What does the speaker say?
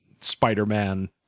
Spider-Man